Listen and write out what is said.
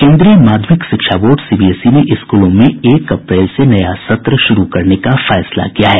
केन्द्रीय माध्यमिक शिक्षा बोर्ड सीबीएसई ने स्कूलों में एक अप्रैल से नया सत्र शुरू करने का फैसला किया है